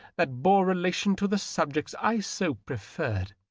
that bore relation to the subjects i so preferred.